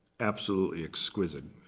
absolutely exquisite,